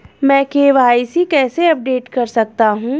मैं के.वाई.सी कैसे अपडेट कर सकता हूं?